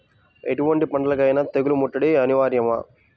ఎటువంటి పంటలకైన తెగులు ముట్టడి అనివార్యమా?